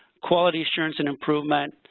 quality assurance and improvement,